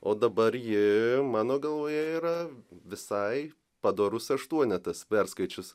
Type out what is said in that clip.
o dabar ji mano galvoje yra visai padorus aštuonetas perskaičius